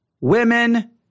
women